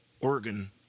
oregon